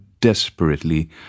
desperately